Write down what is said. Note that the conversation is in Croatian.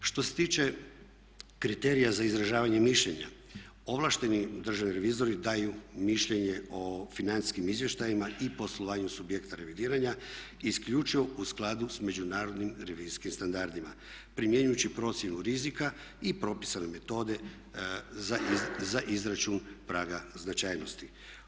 Što se tiče kriterija za izražavanje mišljenja, ovlašteni državni revizori daju mišljenje o financijskim izvještajima i poslovanju subjekata revidiranja isključivo u skladu s međunarodnim revizijskim standardima primjenjujući procjenu rizika i propisane metode za izračun praga značajnosti.